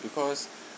because